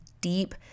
deep